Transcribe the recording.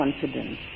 confidence